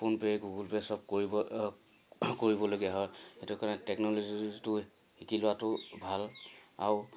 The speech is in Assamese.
ফোন পে' গুগল পে' চব কৰিব অ' কৰিবলগীয়া হয় সেইটো কাৰণে টেকন'লজিটো শিকি লোৱাটো ভাল আৰু